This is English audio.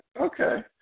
okay